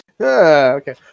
okay